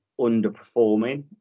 underperforming